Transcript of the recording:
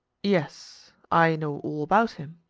yes i know all about him,